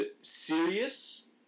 serious